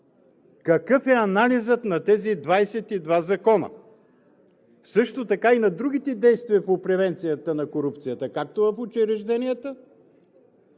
какъв е анализът на тези 22 закона? Също така и на другите действия по превенцията на корупцията както в учрежденията,